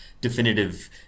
definitive